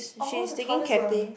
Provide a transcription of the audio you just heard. all the toilets were